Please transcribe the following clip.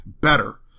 better